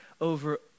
over